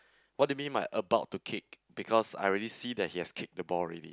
what do you mean by about to kick because I already see that he has kicked the ball already